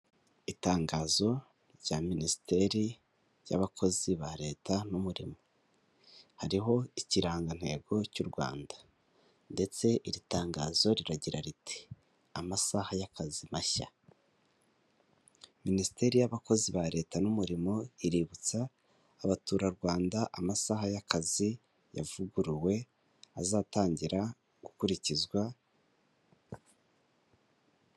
Itangazo rya minisiteri y'abakozi ba leta n'umurimo hariho ikirangantego cy'u Rwanda ndetse iri tangazo riragira riti amasaha y'akazi mashya minisiteri y'abakozi ba leta n'umurimo iributsa abaturarwanda amasaha y'akazi yavuguruwe azatangira gukurikizwa.